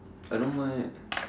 I don't mind eh